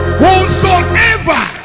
whosoever